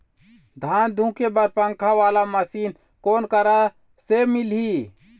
धान धुके बर पंखा वाला मशीन कोन करा से मिलही?